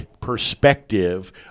perspective